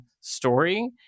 story